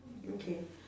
okay